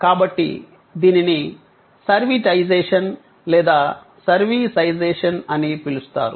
కాబట్టి దీనిని సర్విటైజేషన్ లేదా సర్వీసైజేషన్ అని పిలుస్తారు